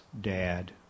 dad